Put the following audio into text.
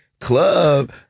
club